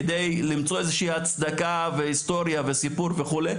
כדי למצוא איזה שהיא הצדקה והיסטוריה וסיפור וכו'.